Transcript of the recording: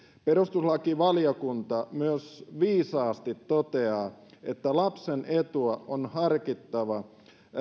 perustuslakivaliokunta myös viisaasti toteaa että lapsen etua on harkittava